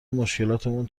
مشکلاتمون